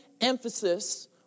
emphasis